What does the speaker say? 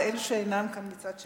ואלה שאינן כאן מצד שני,